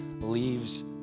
leaves